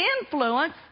influence